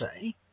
say